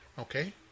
Okay